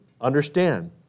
understand